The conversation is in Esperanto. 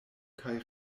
kaj